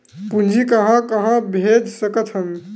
पूंजी कहां कहा भेज सकथन?